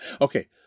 okay